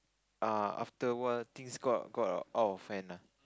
uh after a while things got got out of hand lah